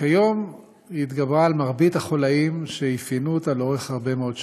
וכיום היא התגברה על מרבית החוליים שאפיינו אותה לאורך הרבה מאוד שנים.